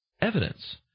evidence